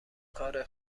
کار